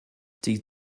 die